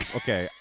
okay